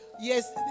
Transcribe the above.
yes